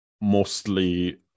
mostly